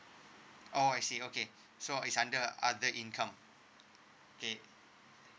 oh I see okay so is under other income K